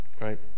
right